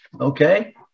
Okay